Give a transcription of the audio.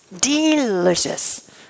delicious